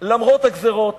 למרות הגזירות